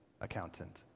accountant